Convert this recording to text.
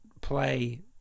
play